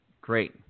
great